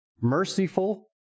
merciful